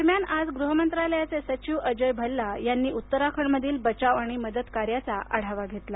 दरम्यान आज गृह मंत्रालायचे सचिव अजय भल्ला यांनी उत्तराखंडमधील बचाव आणि मदत कार्याचा आढावा घेतला